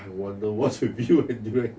I wonder what's usually you and durian